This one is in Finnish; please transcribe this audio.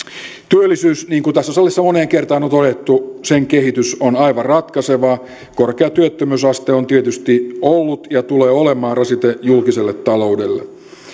kehitys niin kuin tässä salissa moneen kertaan on todettu on aivan ratkaiseva korkea työttömyysaste on tietysti ollut ja tulee olemaan rasite julkiselle taloudelle